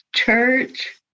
Church